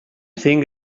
think